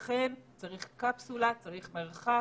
לכן, צריך קפסולה, מרחק,